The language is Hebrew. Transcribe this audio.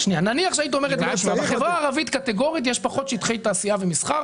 נניח שהיית אומר שבחברה הערבית קטיגורית יש פחות שטחי תעשייה ומסחר,